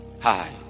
Hi